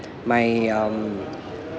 my um